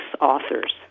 authors